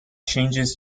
changes